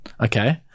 okay